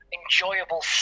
enjoyable